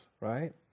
Right